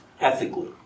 ethically